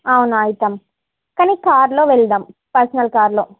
అవును అయితాం కాని కార్లో వెళ్దాం పర్సనల్ కార్లో